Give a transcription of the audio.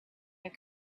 your